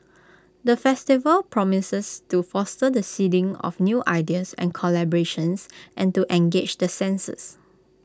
the festival promises to foster the seeding of new ideas and collaborations and engage the senses